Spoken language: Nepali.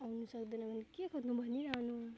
आउनु सक्दैन भने के खोज्नु भनिरहनु